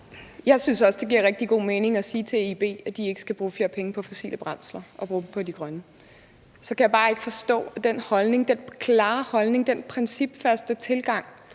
Jeg synes også, det giver rigtig god mening at sige til EIB, at de ikke skal bruge flere penge på fossile brændsler og bruge dem på de grønne. Så kan jeg bare ikke forstå, at den klare holdning, den principfaste tilgang,